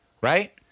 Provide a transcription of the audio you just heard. right